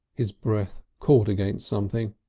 his breath caught against something.